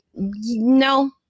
No